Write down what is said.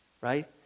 right